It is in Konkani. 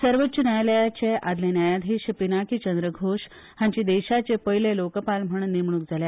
सर्वोच्च न्यायालयाचे आदले न्यायाधीश पिनाकी चंद्र घोष हांची देशाचे पयले लोकपाल म्हण नेमणूक जाल्या